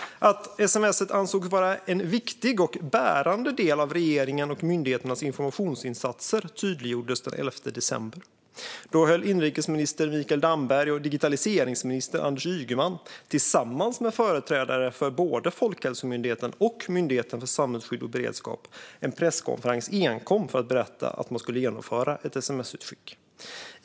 Att sms:et ansågs vara en viktig och bärande del av regeringens och myndigheternas informationsinsatser tydliggjordes den 11 december. Då höll inrikesminister Mikael Damberg och digitaliseringsminister Anders Ygeman tillsammans med företrädare för både Folkhälsomyndigheten och Myndigheten för samhällsskydd och beredskap en presskonferens enkom för att berätta att man skulle genomföra ett sms-utskick.